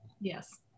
Yes